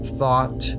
thought